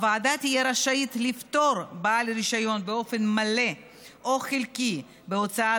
הוועדה תהיה רשאית לפטור בעל רישיון באופן מלא או חלקי מהוצאת